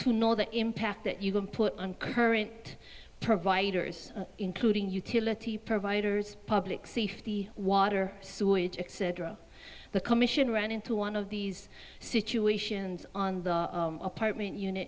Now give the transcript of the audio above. to know the impact that you can put on current providers including utility providers public safety water sewage etc the commission ran into one of these situations on the apartment unit